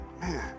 man